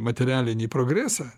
materialinį progresą